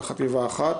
בחטיבה אחת,